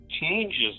changes